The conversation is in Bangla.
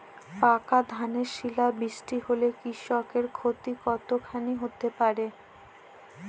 পাকা ধানে শিলা বৃষ্টি হলে কৃষকের ক্ষতি কতখানি হতে পারে?